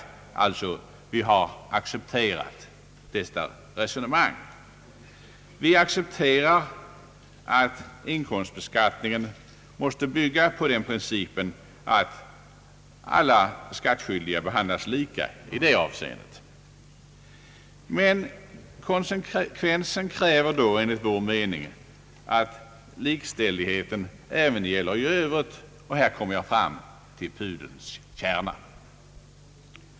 All right, vi har accepterat detta resonemang. Vi accepterar att inkomstbeskattningen måste bygga på principen att alla skattskyldiga behandlas lika i det avseendet. Men konsekvensen kräver då enligt vår mening att likställighet även gäller i övrigt, och här kommer jag fram till pudelns kärna.